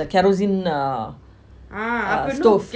the kerosine uh uh stove